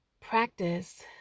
practice